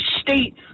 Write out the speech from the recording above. state